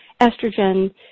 estrogen